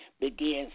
begins